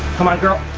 come on, girl.